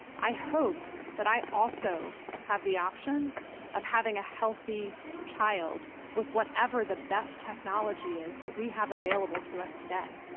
i hope that i also have the option of having a healthy child with whatever the best technology is that we have available to us today.